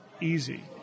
easy